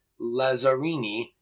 Lazzarini